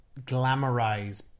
glamorize